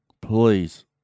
please